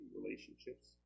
relationships